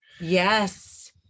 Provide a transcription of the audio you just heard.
Yes